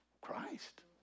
Christ